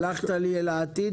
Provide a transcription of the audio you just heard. הלכת לי אל העתיד,